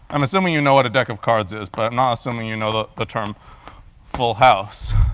i'm assuming you know what a deck of cards is, but i'm not assuming you know the the term full house